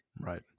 Right